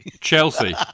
Chelsea